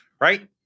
right